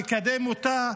יקדם אותה,